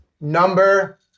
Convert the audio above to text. Number